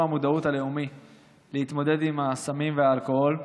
המודעות הלאומי להתמודדות עם סמים ואלכוהול.